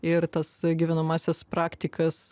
ir tas gyvenamąsias praktikas